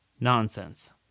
nonsense